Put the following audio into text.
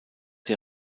der